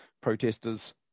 protesters